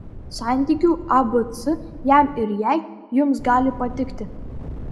santykių abc jam ir jai jums gali patikti